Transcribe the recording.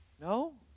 No